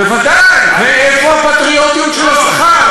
בוודאי, ואיפה הפטריוטיות של השכר?